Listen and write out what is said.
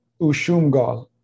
Ushumgal